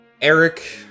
Eric